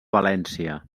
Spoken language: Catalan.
valència